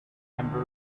remember